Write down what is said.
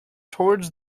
towards